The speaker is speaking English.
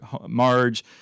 Marge